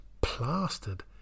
plastered